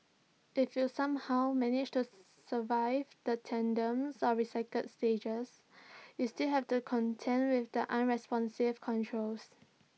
if you somehow manage to survive the tedium of recycled stages you still have to contend with the unresponsive controls